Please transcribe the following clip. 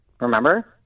Remember